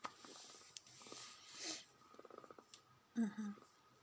mmhmm